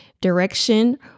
direction